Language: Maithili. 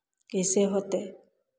कइसे होतै